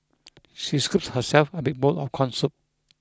she scooped herself a big bowl of corn soup